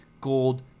gold